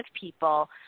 people